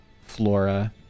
flora